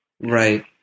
Right